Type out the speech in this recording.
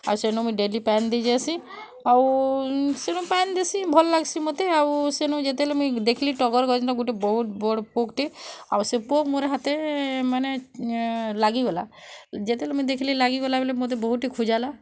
ଆଉ ସେନୁ ମୁଁ ଡେଲି ପାଣି ଦେଇ ଯାସି ଆଉ ସେନୁ ପାଣି ଦେସି ଭଲ୍ ଲାଗ୍ସି ମୋତେ ଆଉ ସେନୁ ଯେତେବେଳେ ମୁଇଁ ଦେଖିଲି ଟଗର ଗଛ ଗୋଟେ ବହୁତ୍ ବଡ଼ ପୋକ୍ଟେ ଆଉ ସେ ପୋକ୍ ମୋର ହାତେ ମାନେ ଲାଗିଗଲା ଯେତେବେଳେ ମୁଁ ଦେଖିଲି ଲାଗିଗଲା ବୋଲେ ମୋତେ ବହୁକି ଖୁଜାଲା